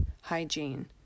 hygiene